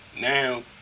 now